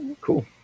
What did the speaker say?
cool